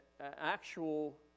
actual